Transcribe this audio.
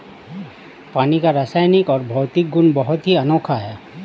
पानी का रासायनिक और भौतिक गुण बहुत ही अनोखा है